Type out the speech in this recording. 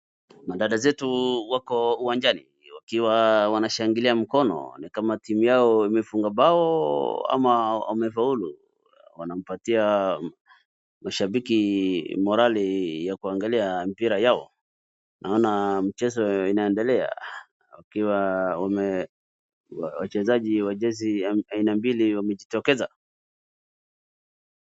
Madada zetu wako uwanjani wakiwa wanashangilia mkono ni kama timu yao imefunga bao ama wamefaulu. Wanampatia mashabiki morali ya kuangalia mpira yao. Naona mchezo inaendelea wachezaji wa jezi aina mbili wamejitokeza.